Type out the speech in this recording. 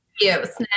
Yes